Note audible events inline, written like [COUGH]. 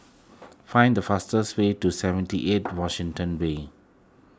find the fastest way to seventy eight [NOISE] Washington Way